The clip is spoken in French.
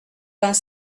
vingt